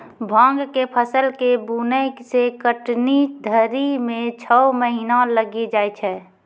भाँग के फसल के बुनै से कटनी धरी मे छौ महीना लगी जाय छै